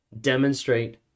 demonstrate